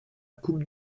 coupe